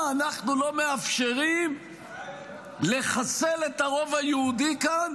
אנחנו לא מאפשרים לחסל את הרוב היהודי כאן